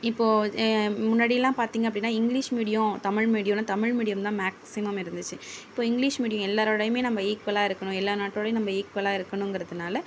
இப்போ முன்னாடிலாம் பார்த்திங்க அப்படின்னா இங்கிலீஷ் மீடியம் தமிழ் மீடியம்னா தமிழ் மீடியம் தான் மேக்ஸிமம் இருந்துச்சு இப்போ இங்கிலீஷ் மீடியம் எல்லாரோடையுமே நம்ம ஈக்குவலாக இருக்கணும் எல்லா நாட்டோடையும் நம்ம ஈக்குவலாக இருக்கணுங்கறதுனால